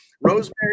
Rosemary